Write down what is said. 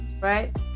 right